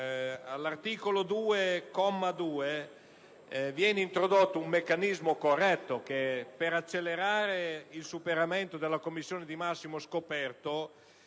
All'articolo 2, comma 2, viene introdotto un meccanismo corretto. Per accelerare il superamento della commissione di massimo scoperto,